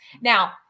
Now